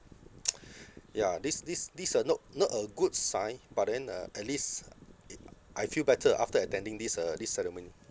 ya this this this uh not not a good sign but then uh at least it I feel better after attending this uh this ceremony